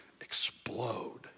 explode